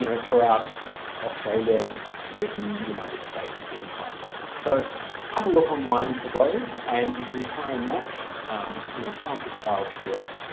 you know throughout australia, britain, united states, things things like that so have a look online for those and you can try and match um you know sample styles to ah